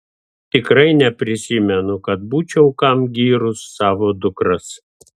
tikrai neprisimenu kad būčiau kam gyrus savo dukras